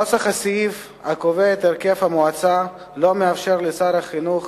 נוסח הסעיף הקובע את הרכב המועצה לא מאפשר לשר החינוך